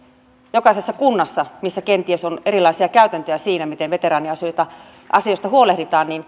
jokaisessa kunnassa missä kenties on erilaisia käytäntöjä siinä miten veteraaniasioista huolehditaan